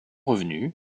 revenu